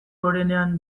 gorenean